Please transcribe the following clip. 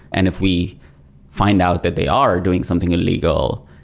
and if we find out that they are doing something illegal,